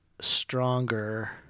stronger